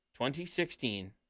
2016